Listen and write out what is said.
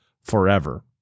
forever